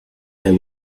there